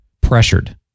pressured